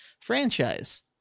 franchise